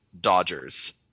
Dodgers